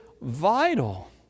vital